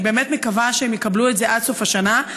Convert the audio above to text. אני באמת מקווה שהם יקבלו את זה עד סוף השנה.